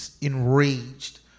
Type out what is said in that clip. enraged